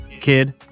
kid